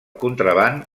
contraban